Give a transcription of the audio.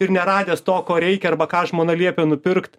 ir neradęs to ko reikia arba ką žmona liepė nupirkt